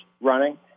running